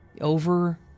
over